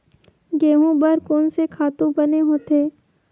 गेहूं बर कोन से खातु बने होथे?